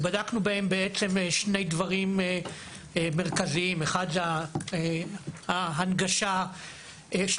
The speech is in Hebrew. בדקנו בהם שלושה דברים מרכזיים: הראשון הוא ההנגשה המובילית,